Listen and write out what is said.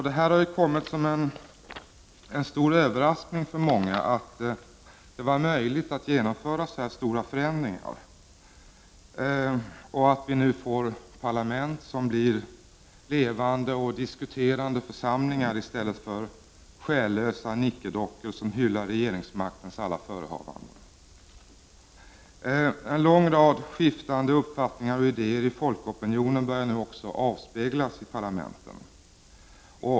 Det har kommit som en stor överraskning för många att det var möjligt att genomföra så här stora förändringar, att vi nu får parlament som blir levande och diskuterande församlingar i stället för själlösa nickedockor som hyllar regeringsmaktens alla förehavanden. En lång rad skiftande uppfattningar och idéer i folkopinionen börjar nu också avspegla sig i parlamenten.